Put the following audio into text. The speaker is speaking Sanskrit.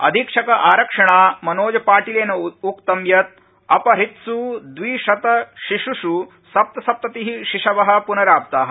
अधीक्षक िरक्षिणा मनोजपाटिलेन उक्त यत् अपहृत्सु द्विशतशिश्ष् सप्तसप्तति शिशव प्नराप्ता